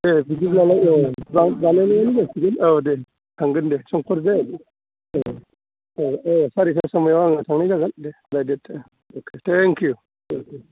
दे बिदिबालाय औ बानाय नायानो जासिगोन औ दे थांगोन दे संफोर दे औ औ सारिथा समाव आङो थांनाय जागोन साराय देरथा अके थेंकिउ